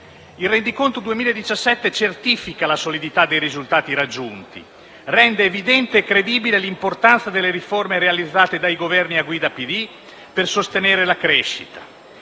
Il rendiconto 2017 certifica la solidità dei risultati raggiunti; rende evidente e credibile l'importanza delle riforme realizzate dai Governi a guida PD per sostenere la crescita.